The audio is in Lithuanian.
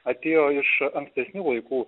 atėjo iš ankstesnių laikų